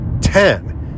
ten